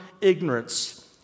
ignorance